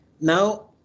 Now